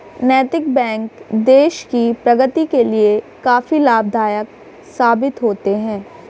नैतिक बैंक देश की प्रगति के लिए काफी लाभदायक साबित होते हैं